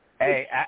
Hey